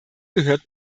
gehört